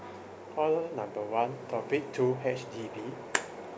call number one topic two H_D_B